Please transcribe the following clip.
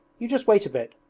you just wait a bit.